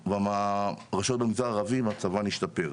והרשויות במגזר הערבי מצבן השתפר.